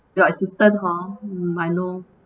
your assistant {hor] milo